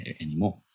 anymore